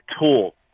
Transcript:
tool